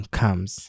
comes